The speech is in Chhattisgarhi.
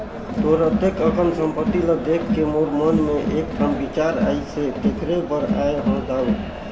तोर अतेक अकन संपत्ति ल देखके मोर मन मे एकठन बिचार आइसे तेखरे बर आये हो दाऊ